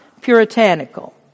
puritanical